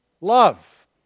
Love